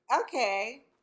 Okay